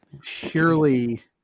purely